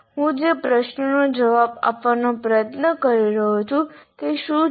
હું જે પ્રશ્નનો જવાબ આપવાનો પ્રયત્ન કરી રહ્યો છું તે શું છે